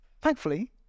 thankfully